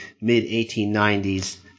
mid-1890s